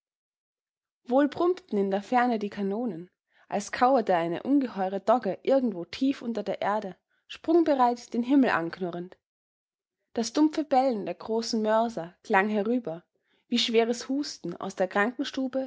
wohl brummten in der ferne die kanonen als kauerte eine ungeheure dogge irgendwo tief unter der erde sprungbereit den himmel anknurrend das dumpfe bellen der großen mörser klang herüber wie schweres husten aus der krankenstube